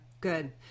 Good